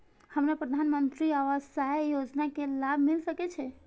हमरा प्रधानमंत्री आवास योजना के लाभ मिल सके छे?